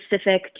specific